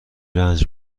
رنج